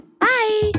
bye